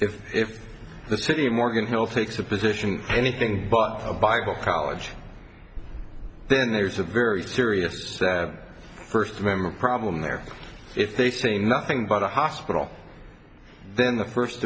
if if the city of morgan hill takes the position anything but a bible college then there's a very serious first amendment problem there if they say nothing but a hospital then the first